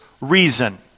reason